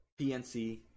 PNC